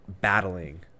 battling